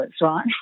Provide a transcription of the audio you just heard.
right